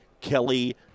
Kelly